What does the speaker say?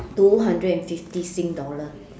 two hundred and fifty sing dollar